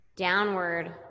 Downward